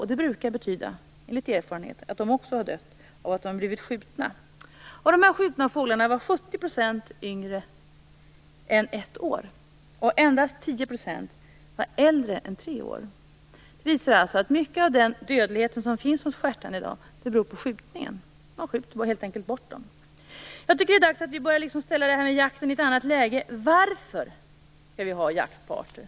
Av erfarenhet vet vi att det brukar betyda att de också har blivit skjutna. Av de skjutna fåglarna var 70 % yngre än ett år och endast 10 % äldre än tre år. Det visar alltså att mycket av dödligheten hos stjärtand i dag beror på skjutningen. Man skjuter helt enkelt bort dem. Jag tycker att det är dags att vi börjar ställa jakten i ett annat läge. Varför skall vi ha jakt på arter?